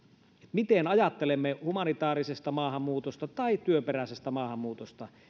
miten ajattelemme humanitaarisesta maahanmuutosta tai työperäisestä maahanmuutosta